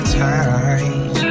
time